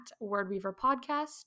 wordweaverpodcast